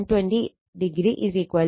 36 angle 133